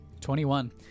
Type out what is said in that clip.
21